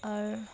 আর